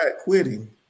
quitting